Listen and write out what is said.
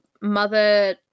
mother